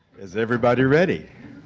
is everybody ready?